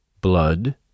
blood